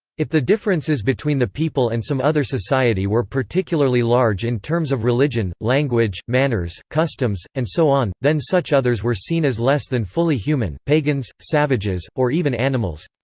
if the differences between the people and some other society were particularly large in terms of religion, language, manners, customs, and so on, then such others were seen as less than fully human pagans, savages, or even animals.